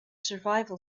survival